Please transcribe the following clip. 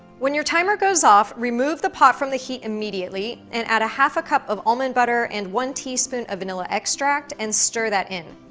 when your timer goes off, remove the pot from the heat immediately, and add a half a cup of almond butter, and one teaspoon of vanilla extract, and stir that in.